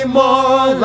more